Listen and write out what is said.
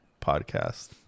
podcast